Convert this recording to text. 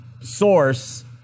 source